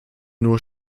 nur